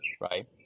right